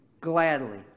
gladly